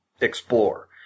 explore